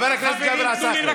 למה הצבעתם בעד?